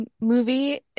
movie